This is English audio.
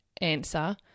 answer